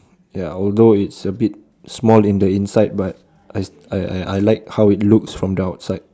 ya although it's a bit small on the inside but I I I like how it looks from outside